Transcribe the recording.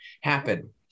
happen